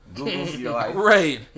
right